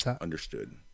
Understood